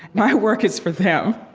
my work is for them.